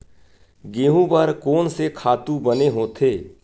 गेहूं बर कोन से खातु बने होथे?